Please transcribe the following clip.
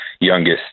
youngest